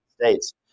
States